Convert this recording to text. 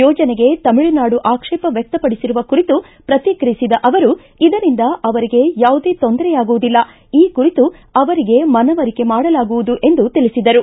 ಯೋಜನೆಗೆ ತಮಿಳುನಾಡು ಆಕ್ಷೇಪ ವ್ಯಕ್ತಪಡಿಸಿರುವ ಕುರಿತು ಪ್ರಕ್ರಿಯಿಸಿದ ಅವರು ಇದರಿಂದ ಅವರಿಗೆ ಯಾವುದೇ ತೊಂದರೆಯಾಗುವುದಿಲ್ಲ ಈ ಕುರಿತು ಅವರಿಗೆ ಮನವರಿಕೆ ಮಾದಲಾಗುವುದು ಎಂದು ತಿಳಿಸಿದರು